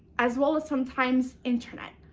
as well as sometimes internet.